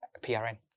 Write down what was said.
PRN